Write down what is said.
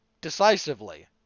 decisively